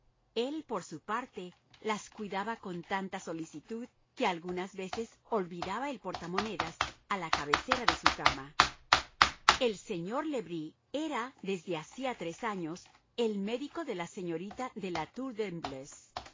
él por su parte las cuidaba con tanta solicitud que algunas veces olvidaba el portamonedas a la cabecera de su cama el señor le bris era desde hacía tres años el médico de la señorita de la tour de